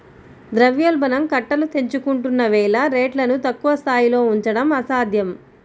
ద్రవ్యోల్బణం కట్టలు తెంచుకుంటున్న వేళ రేట్లను తక్కువ స్థాయిలో ఉంచడం అసాధ్యం